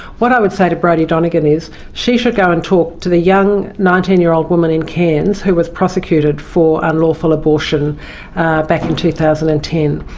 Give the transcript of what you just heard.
what i would say to brodie donegan is she should go and talk to the young nineteen year old woman in cairns who was prosecuted for unlawful abortion back in two thousand and ten,